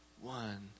one